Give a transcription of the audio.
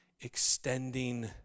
extending